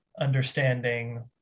understanding